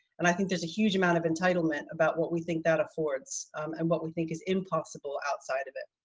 and i think there's a huge amount of entitlement about what we think that affords and what we think is impossible outside of it.